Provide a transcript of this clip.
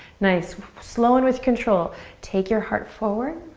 nice, slow and with control take your heart forward.